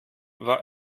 war